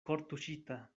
kortuŝita